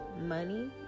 money